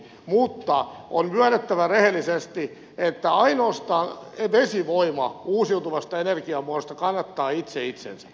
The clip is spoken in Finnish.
mutta on myönnettävä rehellisesti että ainoastaan vesivoima uusiutuvista energiamuodoista kannattaa itse itsensä